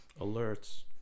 Alerts